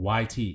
yt